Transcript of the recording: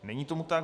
Není tomu tak.